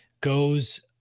goes